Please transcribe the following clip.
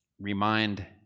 remind